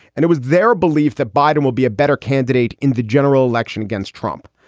and it was their belief that biden will be a better candidate in the general election against trump.